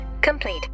complete